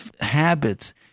habits